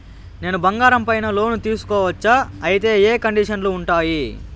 నేను బంగారం పైన లోను తీసుకోవచ్చా? అయితే ఏ కండిషన్లు ఉంటాయి?